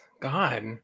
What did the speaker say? God